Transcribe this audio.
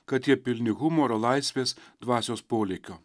kad jie pilni humoro laisvės dvasios polėkio